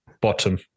bottom